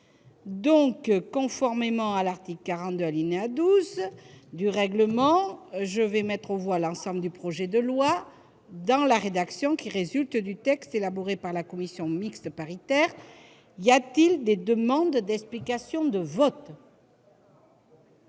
Conformément à l'article 42, alinéa 12, du règlement, je vais mettre aux voix l'ensemble du projet de loi dans la rédaction résultant du texte élaboré par la commission mixte paritaire. Personne ne demande la parole ?